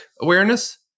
awareness